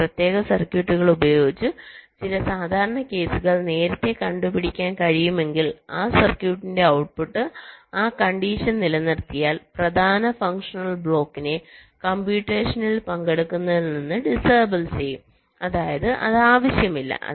ചില പ്രത്യേക സർക്യൂട്ടുകൾ ഉപയോഗിച്ച് ചില സാധാരണ കേസുകൾ നേരത്തേ കണ്ടുപിടിക്കാൻ കഴിയുമെങ്കിൽ ആ സർക്യൂട്ടിന്റെ ഔട്ട്പുട്ട് ആ കണ്ടിഷൻ നിലനിർത്തിയാൽ പ്രധാന ഫങ്ഷണൽ ബ്ലോക്കിനെ കമ്പ്യൂട്ടേഷനിലിൽ പങ്കെടുക്കുന്നതിൽ നിന്ന് ഡിസേബിൾ ചെയ്യും അതായത് അത് ആവശ്യമില്ല